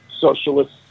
socialist